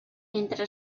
mentre